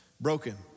broken